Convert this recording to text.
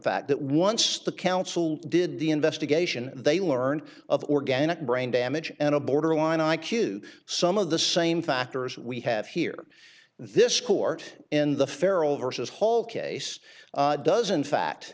fact that once the council did the investigation they learned of organic brain damage and a borderline i q some of the same factors we have here this court in the pharaoh versus hall case does in fact